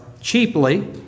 cheaply